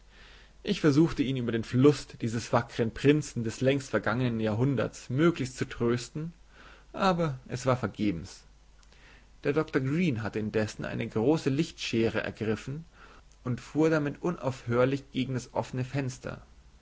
ich versuchte ihn über den verlust dieses wackern prinzen des längst vergangenen jahrhunderts möglichst zu trösten aber es war vergebens der doktor green hatte indessen eine große lichtschere ergriffen und fuhr damit unaufhörlich gegen das offene fenster